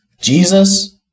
Jesus